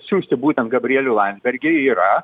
siųsti būtent gabrielių landsbergį yra